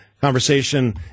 conversation